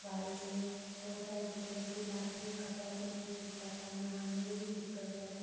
बारिश में बहुत सारे दिक्कत होती है बारिश में कपड़ा भी नहीं सूखता था नहाने में भी दिक्कत होता था